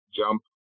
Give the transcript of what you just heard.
jump